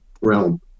realm